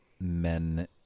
men